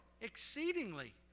exceedingly